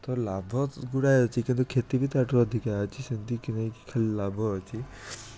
ତ ଲାଭ ଗୁଡ଼ାଏ ଅଛି କିନ୍ତୁ କ୍ଷତି ବି ତା'ଠାରୁ ଅଧିକା ଅଛି ସେମତି କି ନାହିଁ ଖାଲି ଲାଭ ଅଛି